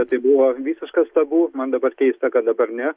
bet tai buvo visiškas tabu man dabar keista kad dabar ne